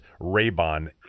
Raybon